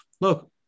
Look